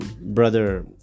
Brother